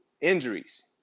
injuries